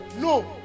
no